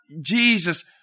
Jesus